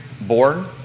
born